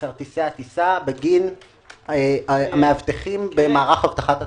כרטיסי הטיסה בגין המאבטחים במערך אבטחת התעופה.